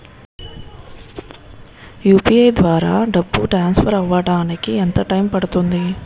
UPI ద్వారా డబ్బు transfer అవ్వడానికి ఎంత టైం పడుతుంది?